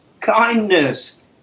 kindness